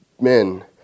men